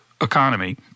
economy